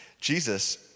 Jesus